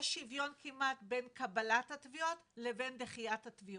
יש שוויון כמעט בין קבלת התביעות לבין דחית התביעות.